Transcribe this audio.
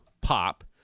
pop